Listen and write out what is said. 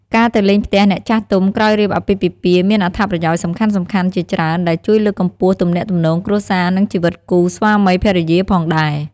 ការទៅលេងផ្ទះអ្នកចាស់ទុំក្រោយរៀបអាពាហ៍ពិពាហ៍ មានអត្ថប្រយោជន៍សំខាន់ៗជាច្រើន ដែលជួយលើកកម្ពស់ទំនាក់ទំនងគ្រួសារនិងជីវិតគូ ស្វាមីភរិយាផងដែរ។